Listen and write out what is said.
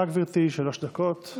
בבקשה, גברתי, שלוש דקות.